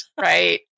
Right